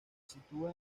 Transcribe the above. sitúa